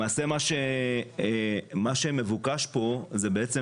למעשה, מה שמבוקש פה זה בעצם